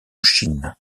chine